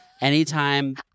anytime